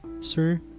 Sir